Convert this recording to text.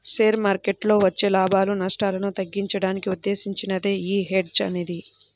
share మార్కెట్టులో వచ్చే లాభాలు, నష్టాలను తగ్గించడానికి ఉద్దేశించినదే యీ హెడ్జ్ అనేది